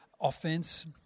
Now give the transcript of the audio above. offense